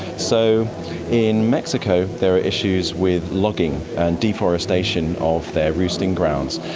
so in mexico there are issues with logging and deforestation of their roosting grounds.